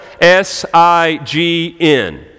S-I-G-N